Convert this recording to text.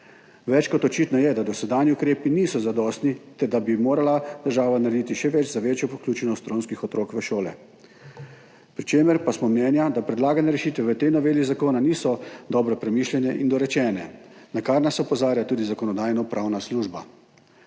Več kot očitno je, da dosedanji ukrepi niso zadostni ter da bi morala država narediti še več za večjo vključenost romskih otrok v šole, pri čemer pa smo mnenja, da predlagane rešitve v tej noveli zakona niso dobro premišljene in dorečene, na kar nas opozarja tudi Zakonodajno-pravna služba.